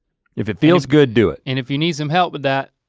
if it feels good, do it. and if you need some help with that,